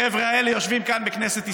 החבר'ה האלה יושבים כאן, בכנסת ישראל,